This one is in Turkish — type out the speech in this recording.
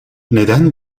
neden